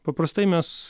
paprastai mes